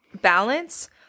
balance